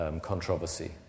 controversy